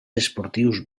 esportiu